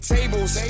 Tables